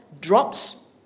drops